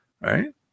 right